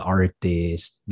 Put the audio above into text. artists